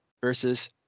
versus